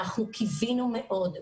אנחנו קיווינו מאוד.